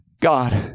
God